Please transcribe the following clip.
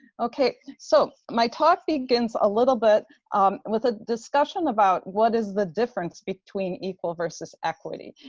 ok. so my talk begins a little bit with a discussion about, what is the difference between equal versus equity,